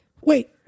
wait